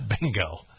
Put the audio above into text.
Bingo